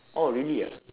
oh really ah